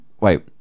wait